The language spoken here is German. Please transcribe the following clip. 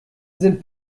sind